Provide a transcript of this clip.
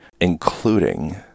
including